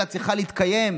ההילולה צריכה להתקיים,